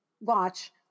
watch